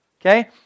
Okay